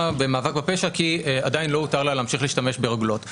במאבק בפשע כי עדיין לא הותר לה להמשיך להשתמש ברוגלות.